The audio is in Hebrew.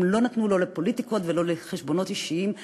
הן לא נתנו לא לפוליטיקה ולא לחשבונות אישיים,